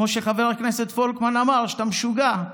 כמו שחבר הכנסת פולקמן אמר: אתה משוגע.